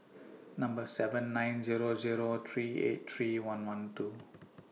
Number seven nine Zero Zero three eight three one one two